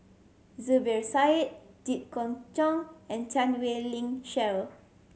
Zubir Said Jit Koon Ch'ng and Chan Wei Ling Cheryl